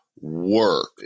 work